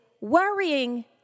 worrying